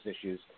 issues